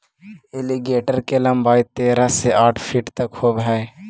alligator के लंबाई तेरह से अठारह फीट तक होवऽ हइ